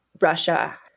Russia